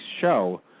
show